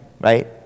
right